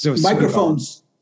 Microphones